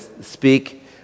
speak